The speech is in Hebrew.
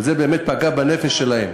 וזה באמת פגע בנפש שלהם.